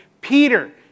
Peter